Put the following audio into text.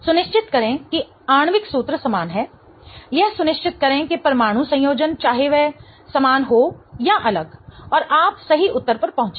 सुनिश्चित करें कि आणविक सूत्र समान है यह सुनिश्चित करें कि परमाणु संयोजन चाहे वह समान हो या अलग और आप सही उत्तर पर पहुंचेंगे